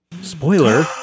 spoiler